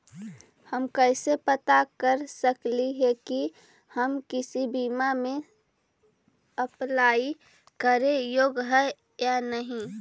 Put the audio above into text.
हम कैसे पता कर सकली हे की हम किसी बीमा में अप्लाई करे योग्य है या नही?